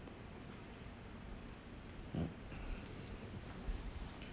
mm